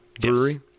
brewery